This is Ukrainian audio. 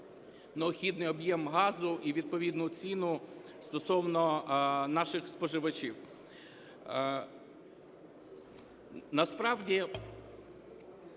необхідний об'єм газу і відповідну ціну стосовно наших споживачів.